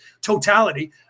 totality